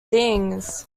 things